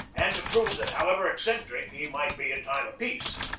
and to prove that, how ever eccentric he might be in time of peace,